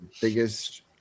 biggest